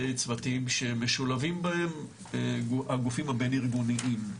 צוותים שהם משולבים בהם הגופים הבן ארגוניים,